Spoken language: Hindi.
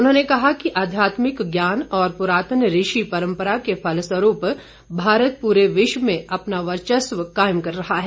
उन्होंने कहा कि आध्यात्मिक ज्ञान और पुरातन ऋषि परम्परा के फलखरूप भारत पूरे विश्व में अपना वर्चस्व कायम कर रहा है